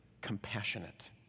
compassionate